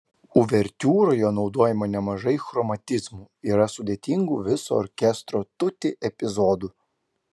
uvertiūroje naudojama nemažai chromatizmų yra sudėtingų viso orkestro tutti epizodų